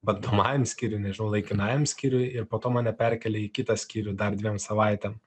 bandomajam skyriuj nežinau laikinajam skyriuj ir po to mane perkėlė į kitą skyrių dar dviem savaitėm